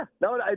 no